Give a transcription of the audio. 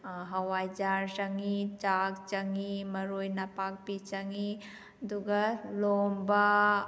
ꯍꯋꯥꯏꯖꯥꯔ ꯆꯪꯏ ꯆꯥꯛ ꯆꯪꯏ ꯃꯔꯣꯏ ꯅꯄꯥꯛꯄꯤ ꯆꯪꯏ ꯑꯗꯨꯒ ꯂꯣꯝꯕ